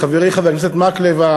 חברי חבר הכנסת מקלב,